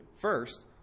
first